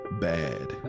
bad